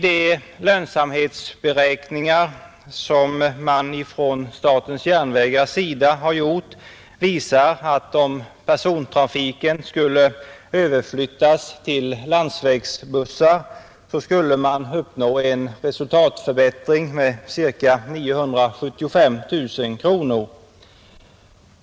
De lönsamhetsberäkningar som statens järnvägar har gjort visar att om persontrafiken skulle överflyttas till landsvägsbussar, så skulle man uppnå en resultatförbättring med ca 975 000 kronor.